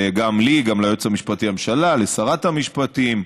גם לי, גם ליועץ המשפטי לממשלה, לשרת המשפטים,